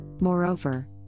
Moreover